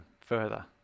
further